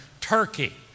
Turkey